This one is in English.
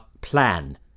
plan